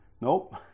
Nope